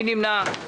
מי נמנע?